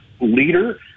leader